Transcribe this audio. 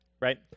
right